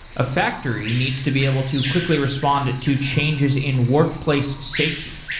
a factory needs to be able to quickly respond to changes in workplace safety.